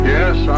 Yes